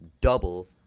Double